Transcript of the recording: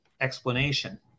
explanation